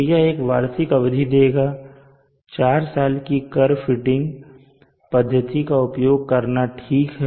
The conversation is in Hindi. तो यह एक वार्षिक अवधि देगा और चार साल की कर्व फिटिंग पद्धति का उपयोग करना ठीक हैं